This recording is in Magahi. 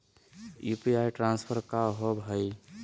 यू.पी.आई ट्रांसफर का होव हई?